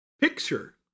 picture